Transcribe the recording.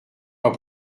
pas